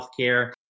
healthcare